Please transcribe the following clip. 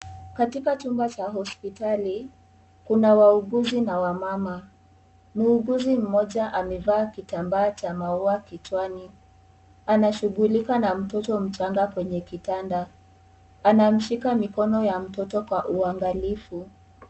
Katika chumba cha hospitali, kuna wahuguzi na wamama. Mhuguzi mmoja amevaa kitambaa cha maua kichwani. Anashughulika na mtoto mchanga kwenye kitanda. Anamshika mikono ya mtoto kwa uangalifu.